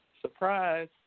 Surprise